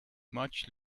much